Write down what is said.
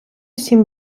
сім